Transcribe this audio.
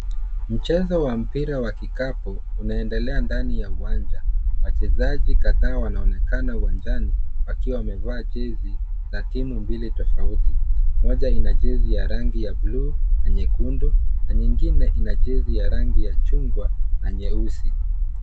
Mchezo wa mpira wa kikapu unaendelea ndani ya uwanja. Wachezaji kadhaa wanaonekana uwanjani, wakiwa wamevaa jezi za timu mbili tofauti. Moja ina jezi ya rangi ya bluu na nyekundu, na nyingine ina jezi ya rangi ya chungwa na nyeupe.